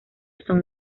son